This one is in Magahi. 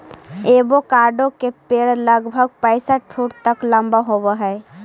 एवोकाडो के पेड़ लगभग पैंसठ फुट तक लंबा होब हई